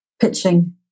pitching